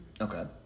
Okay